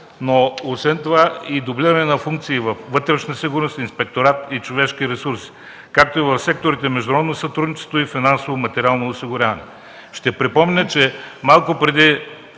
но освен това и дублиране на функции във „Вътрешна сигурност”, Инспекторат и „Човешки ресурси”, както и в секторите „Международно сътрудничество” и „Финансово материално осигуряване”. Ще припомня, че малко преди